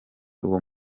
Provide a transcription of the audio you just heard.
uwo